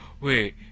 wait